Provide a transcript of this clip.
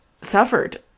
suffered